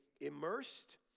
immersed